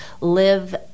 live